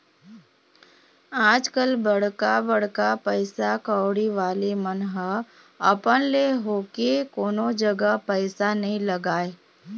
आजकल बड़का बड़का पइसा कउड़ी वाले मन ह अपन ले होके कोनो जघा पइसा नइ लगाय